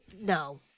No